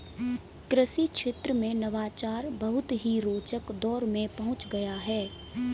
कृषि क्षेत्र में नवाचार बहुत ही रोचक दौर में पहुंच गया है